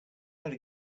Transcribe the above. going